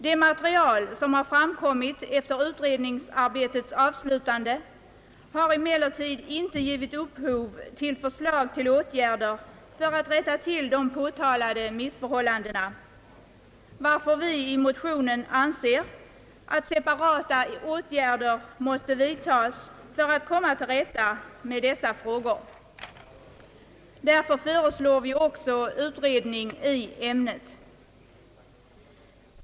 Det material som har framkommit efter utredningsarbetets avslutande har emellertid inte givit upphov till förslag om åtgärder för att rätta till de påtalade missförhållandena, varför vi motionärer anser att separata åtgärder måste vidtagas för att komma till rätta med dem. Vi föreslår därför utredning i ämnet.